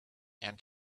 and